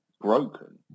broken